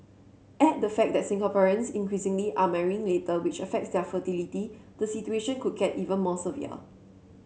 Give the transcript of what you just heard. add the fact that Singaporeans increasingly are marrying later which affects their fertility the situation could get even more severe